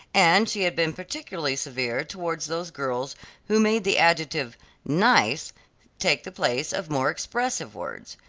and she had been particularly severe towards those girls who made the adjective nice take the place of more expressive words.